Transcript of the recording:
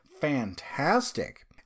fantastic